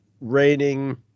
raining